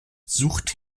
sucht